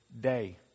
day